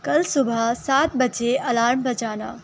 کل صبح سات بجے الارم بجانا